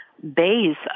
Base